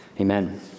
Amen